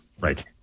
Right